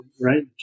right